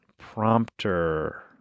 prompter